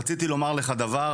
רציתי לומר לך דבר,